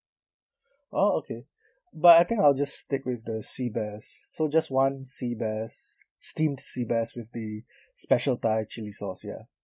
oh okay but I think I'll just stick with the sea bass so just one sea bass steamed sea bass with the special thai chilli sauce ya